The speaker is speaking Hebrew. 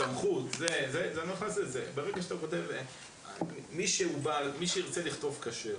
סמכות --- ברגע שאתה כותב: מי שירצה לכתוב כשר,